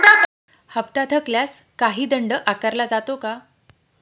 हप्ता थकल्यास काही दंड आकारला जातो का?